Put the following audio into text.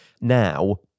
now